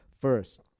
first